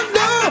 no